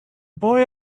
boy